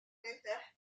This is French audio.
légère